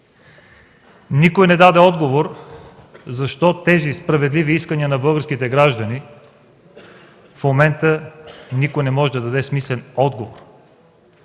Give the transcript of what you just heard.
Никой не даде отговор защо на тези справедливи искания на българските граждани в момента никой не може да даде смислен отговор.